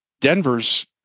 Denver's